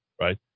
right